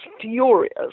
furious